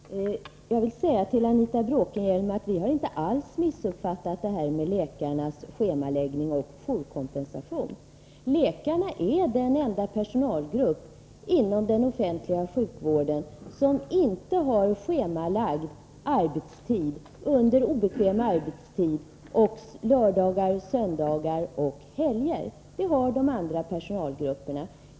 Herr talman! Jag vill säga till Anita Bråkenhielm att vi inte alls missuppfattat detta med schemaläggningen av läkarnas arbetstid och läkarnas jourkompensation. Läkarna är den enda personalgrupp inom den offentliga sjukvården som inte har schemalagd tjänstgöring under obekväm arbetstid — lördagar, söndagar och helger. Detta har de andra personalgrup perna.